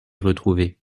retrouver